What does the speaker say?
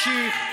תימשך.